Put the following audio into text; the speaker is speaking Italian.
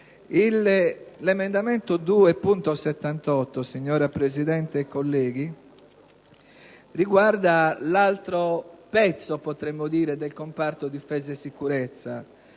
L'emendamento 2.78, signora Presidente e colleghi, riguarda l'altro ambito del comparto difesa e sicurezza,